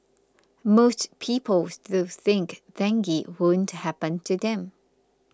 most people still think dengue won't happen to them